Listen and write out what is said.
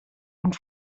und